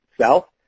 south